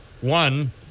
One